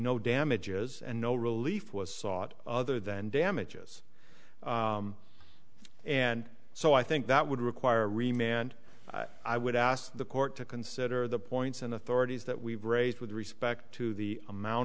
no damages and no relief was sought other than damages and so i think that would require remain and i would ask the court to consider the points and authorities that we've raised with respect to the amount